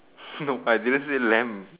nope I didn't say lamb